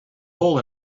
hole